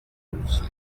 douze